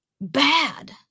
Bad